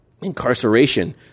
incarceration